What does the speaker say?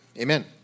Amen